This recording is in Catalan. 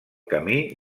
camí